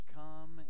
come